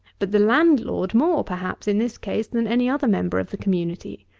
but the landlord more, perhaps, in this case, than any other member of the community.